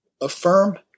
affirm